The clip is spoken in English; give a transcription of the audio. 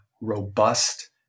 robust